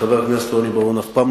אני מבקש